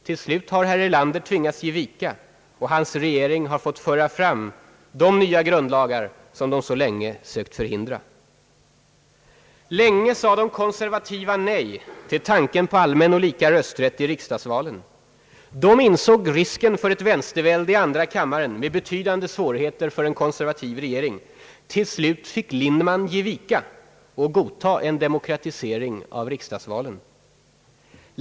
Till slut har herr Erlander tvingats ge vika, och hans regering har fått föra fram de nya grundlagar som de så länge sökt förhindra. Länge sade de konservativa nej till tanken på allmän och lika rösträtt i riksdagsvalen. De insåg risken för ett vänstervälde i andra kammaren med betydande svårigheter för en konservativ regering. Till slut fick Lindman ge vika och godta en demokratisering av riksdagsvalen.